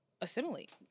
assimilate